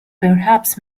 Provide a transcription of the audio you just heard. perhaps